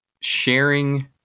sharing